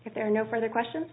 if there are no further questions